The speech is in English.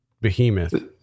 Behemoth